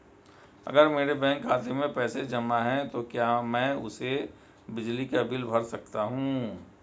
अगर मेरे बैंक खाते में पैसे जमा है तो क्या मैं उसे बिजली का बिल भर सकता हूं?